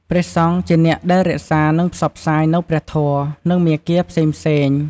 វត្តមានរបស់ព្រះអង្គផ្ដល់នូវ ភាពកក់ក្ដៅខាងផ្លូវចិត្ត ដល់ភ្ញៀវ ជាពិសេសអ្នកដែលមកពីចម្ងាយ ឬមានទុក្ខកង្វល់។